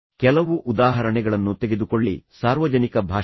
ಕೆಲವು ಉದಾಹರಣೆಗಳನ್ನು ತೆಗೆದುಕೊಳ್ಳಿ ಸಾರ್ವಜನಿಕ ಭಾಷಣ